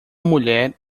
mulher